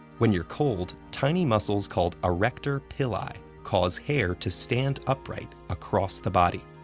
when you're cold, tiny muscles called arrector pilli cause hair to stand upright across the body.